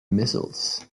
missiles